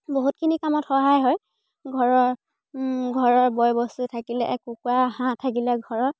বহুতখিনি কামত সহায় হয় ঘৰৰ ঘৰৰ বয় বস্তু থাকিলে কুকুৰা হাঁহ থাকিলে ঘৰত